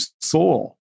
soul